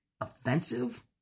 offensive